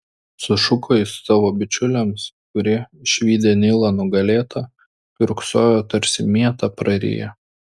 sušuko jis savo bičiuliams kurie išvydę nilą nugalėtą kiurksojo tarsi mietą prariję